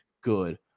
good